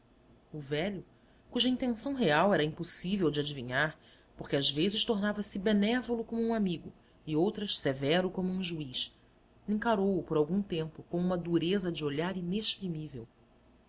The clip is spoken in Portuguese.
o velho cuja intenção real era impossível de adivinhar porque às vezes tornavase benévolo como um amigo e outras severo como um juiz encarou-o por algum tempo com uma dureza de olhar inexprimível